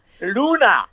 Luna